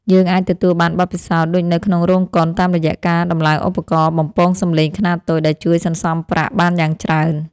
យើងអាចទទួលបានបទពិសោធន៍ដូចនៅក្នុងរោងកុនតាមរយៈការដំឡើងឧបករណ៍បំពងសម្លេងខ្នាតតូចដែលជួយសន្សំប្រាក់បានយ៉ាងច្រើន។